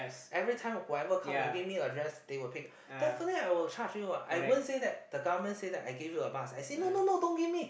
every time whenever come you give me your address they will pick definitely I will charge you what I won't say that the government say that I give you a bus I say no no no don't give me